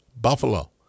Buffalo